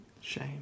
Shame